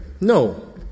No